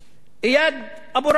איאד אבו רעיה,